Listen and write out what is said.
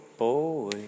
boy